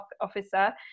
officer